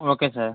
okay sir